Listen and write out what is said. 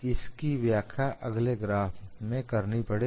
इसकी व्याख्या अगले ग्राफ में करनी पड़ेगी